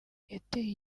yateye